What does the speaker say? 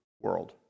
world